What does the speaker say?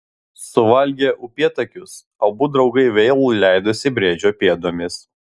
suvalgę upėtakius abu draugai vėl leidosi briedžio pėdomis